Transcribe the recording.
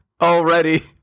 Already